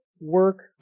work